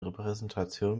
repräsentation